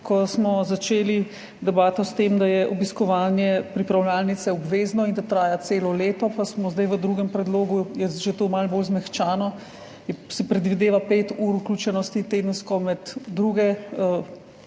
ko smo začeli debato s tem, da je obiskovanje pripravljalnice obvezno in da traja celo leto, pa je zdaj v drugem predlogu to že malo bolj zmehčano, se predvideva pet ur tedensko vključenosti v druga predmetna